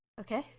okay